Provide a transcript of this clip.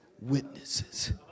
witnesses